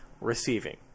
receiving